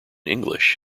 english